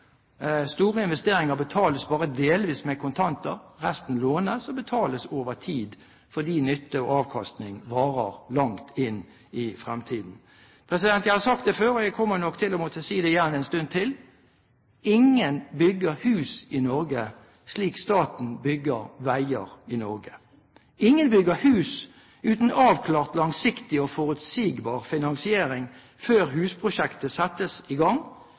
store investeringer betales bare delvis med kontanter, resten lånes og betales over tid fordi nytte og avkastning varer langt inn i fremtiden. Jeg har sagt det før – og jeg kommer nok til å måtte si det igjen en stund til: Ingen bygger hus i Norge slik staten bygger veier i Norge. Ingen bygger hus uten avklart, langsiktig og forutsigbar finansiering før husprosjektet settes i gang.